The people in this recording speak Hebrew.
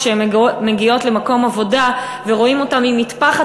כשהן מגיעות למקום עבודה ורואים אותן עם מטפחת,